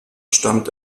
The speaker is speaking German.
stammt